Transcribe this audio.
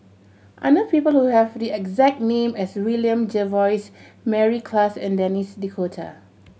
I know people who have the exact name as William Jervois Mary Klass and Denis D'Cotta